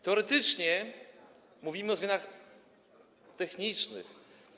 Teoretycznie mówimy o zmianach technicznych.